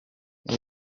nti